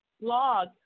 blog